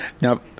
Now